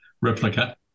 Replica